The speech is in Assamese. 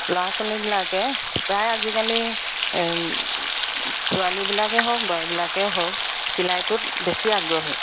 ল'ৰা ছোৱালীবিলাকে প্ৰায় আজিকালি ছোৱালীবিলাকেই হওক বোৱাৰীবিলাকেই হওক চিলাইটোত বেছি আগ্ৰহী